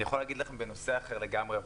אני יכול להגיד לכם בנושא אחר לגמרי,